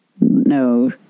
no